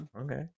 Okay